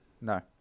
No